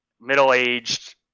middle-aged